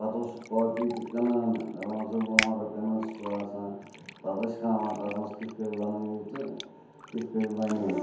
پَتہٕ اوس سُہ کاپی تہِ کٕنان دَپان اوسُکھ وُہَن رۄپیَن ٲس سُہ آسان پَتہٕ ٲسۍ ہاوان تَتھ منٛز کِتھ کٔنۍ بَنٲیِو تہٕ کِتھ کٔنۍ بَنیوٚو